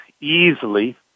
easily